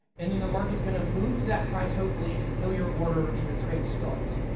and then the market is going to move to that price hopefully and fill your order and your trade starts.